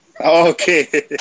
Okay